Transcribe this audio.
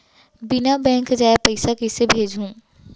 बिना बैंक जाए पइसा कइसे भेजहूँ?